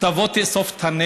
אתה משתבח מיום ליום.